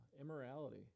immorality